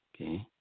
okay